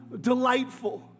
delightful